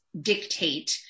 dictate